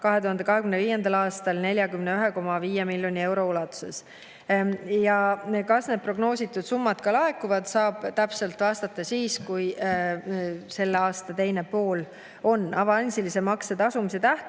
2025. aastal 41,5 miljonit eurot. Kas need prognoositud summad ka laekuvad, saab täpselt [öelda] siis, kui selle aasta teine pool on [käes]. Avansilise makse tasumise tähtpäev